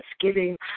thanksgiving